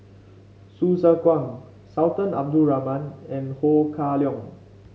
Hsu Tse Kwang Sultan Abdul Rahman and Ho Kah Leong